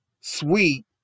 sweet